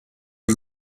you